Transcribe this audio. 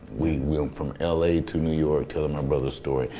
we went from la to new york telling my brother's story.